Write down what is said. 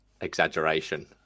exaggeration